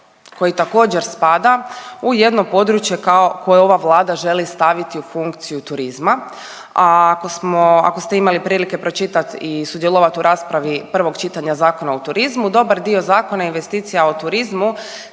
koji također spada u jedno područje koje ova Vlada želi staviti u funkciju turizma. A ako smo, ako ste imali prilike pročitat i sudjelovat u raspravi prvog čitanja Zakona o turizmu, dobar dio zakona investicija o turizmu